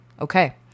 okay